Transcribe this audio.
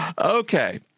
Okay